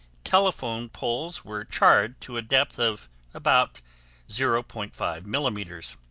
telephone poles were charred to a depth of about zero point five millimeters.